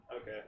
Okay